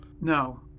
No